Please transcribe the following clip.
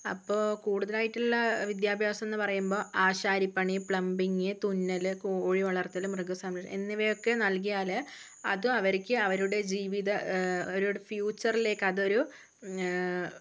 അപ്പോൾ കൂടുതലായിട്ടുള്ള വിദ്യാഭ്യാസം എന്ന് പറയുമ്പോൾ ആശാരിപ്പണി പ്ലംബിംഗ് തുന്നൽ കോഴി വളർത്തൽ മൃഗസംരക്ഷണം എന്നിവയൊക്കെ നൽകിയാലേ അത് അവർക്ക് അവരുടെ ജീവിത അവരുടെ ഫ്യൂച്ചറിലേക്കതൊരു